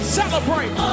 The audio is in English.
celebrate